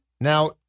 Now